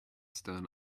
stern